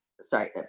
sorry